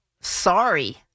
sorry